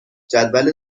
جدول